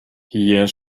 hier